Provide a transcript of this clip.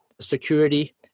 security